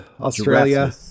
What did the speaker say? Australia